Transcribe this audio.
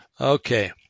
Okay